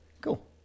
Cool